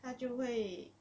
他就会